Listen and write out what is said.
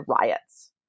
riots